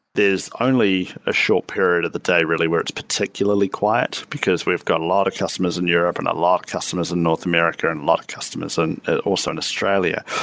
there's only a short period of the day really where it's particularly quiet, because we've got a lot of customers in europe and a lot of customers in north america and a lot of customers and also in australia.